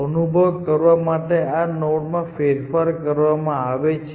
અનુભવ કરવા માટે કે આ નોડમાં ફેરફાર કરવામાં આવે છે